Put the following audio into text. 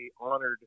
honored